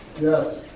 Yes